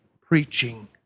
preaching